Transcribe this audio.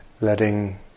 letting